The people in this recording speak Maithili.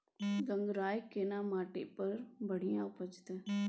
गंगराय केना माटी पर बढ़िया उपजते?